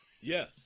Yes